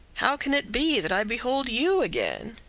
how can it be that i behold you again?